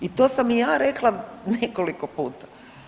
I to sam i ja rekla nekoliko puta.